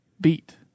beat